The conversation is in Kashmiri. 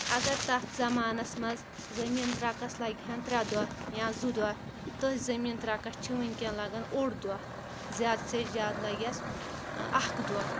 اگر تَتھ زمانَس منٛز زٔمیٖن ترٛکَس لَگہِ ہن ترٛےٚ دۄہ یا زٕ دۄہ تٔھۍ زٔمیٖن ترٛکَس چھِ وٕنکؠن لگان اوٚڑ دۄہ زیادٕ سے زیادٕ لَگیس ہَس اَکھ دۄہ